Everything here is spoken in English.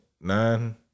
Nine